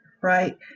right